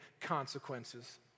consequences